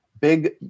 big